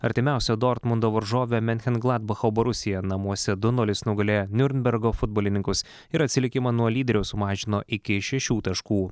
artimiausia dortmundo varžovė menchengladbacho borusija namuose du nulis nugalėjo niurnbergo futbolininkus ir atsilikimą nuo lyderio sumažino iki šešių taškų